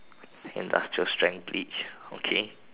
industrial strength bleach okay